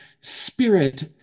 spirit